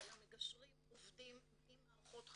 אבל המגשרים עובדים עם מערכות חינוך.